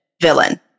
villain